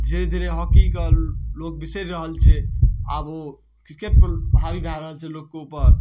धीरे धीरे हॉकीके लोग बिसरि रहल छै आब ओ क्रिकेटपर हावी भए रहल छै लोकके उपर